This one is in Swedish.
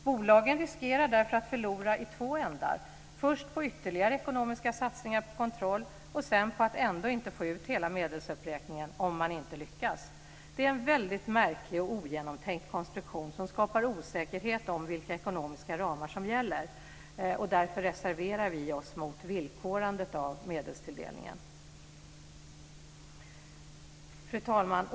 Bolagen riskerar därför att förlora i två ändar, först ytterligare ekonomiska satsningar på kontroll, sedan på att ändå inte få ut hela medelsuppräkningen, om de inte lyckas. Det är en väldigt märklig och ogenomtänkt konstruktion som skapar osäkerhet om vilka ekonomiska ramar som gäller. Därför reserverar vi oss mot villkorandet av medelstilldelningen. Fru talman!